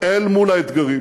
אל מול האתגרים,